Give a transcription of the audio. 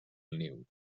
niu